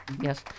Yes